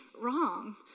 wrong